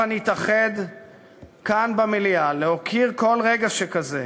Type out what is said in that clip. הבה נתאחד כאן במליאה להוקיר כל רגע שכזה,